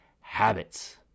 habits